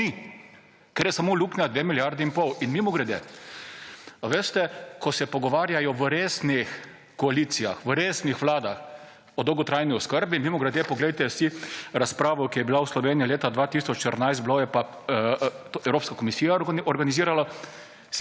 ni, ker je samo luknja 2 milijardi in pol. In mimogrede, veste, ko se pogovarjajo v resnih koalicijah, v resnih vladah o dolgotrajni oskrbi, mimogrede poglejte si razpravo, ki je bila v Sloveniji leta 2014, Evropska komisija je organizirala,